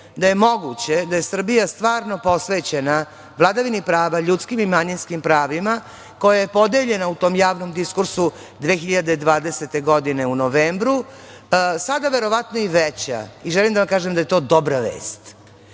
da je moguće da je Srbija stvarno posvećena vladavini prava, ljudskim i manjinskim pravima, koja je podeljena u tom javnom diskursu 2020. godine u novembru, sada verovatno i veća i želim da vam kažem da je to dobra vest